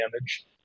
damage